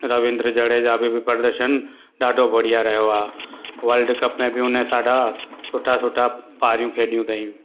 रविंद्र जड़ेजा बि बि प्रदर्शन ॾाढो बढ़िया रहियो आहे वर्ल्डकप में बि हुनजे ॾाढा सुठा सुठा पारियूं खेॾियूं अथईं